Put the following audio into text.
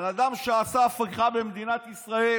בן אדם שעשה הפיכה במדינת ישראל